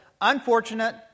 Unfortunate